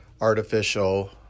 artificial